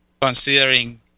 considering